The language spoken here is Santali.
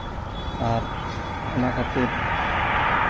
ᱟᱨ ᱚᱱᱟ ᱠᱷᱟ ᱛᱤᱨ